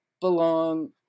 belong